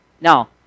Now